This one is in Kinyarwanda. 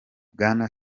bwana